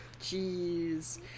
Jeez